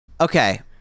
okay